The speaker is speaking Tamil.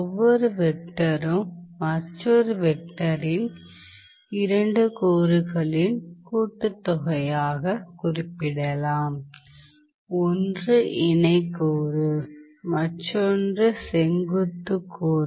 ஒவ்வொரு வெக்டரும் மற்றொரு வெக்டரின் 2 கூறுகளின் கூட்டுத்தொகையாகக் குறிப்பிடலாம் ஒன்று இணை கூறு மற்றொன்று செங்குத்து கூறு